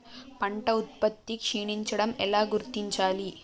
పంట ఉత్పత్తి క్షీణించడం ఎలా గుర్తించాలి?